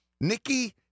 Nikki